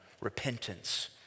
repentance